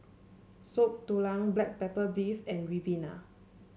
Soup Tulang Black Pepper Beef and Ribena